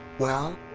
well,